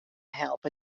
helpe